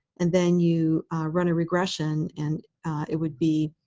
and then you run a regression, and it would be